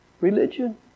religion